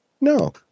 No